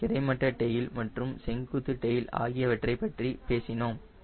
நாம் கிடைமட்ட டெயில் மற்றும் செங்குத்து டெயில் ஆகியவற்றைப் பற்றி பேசினோம்